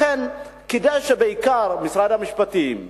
לכן, כדאי שמשרד המשפטים בעיקר,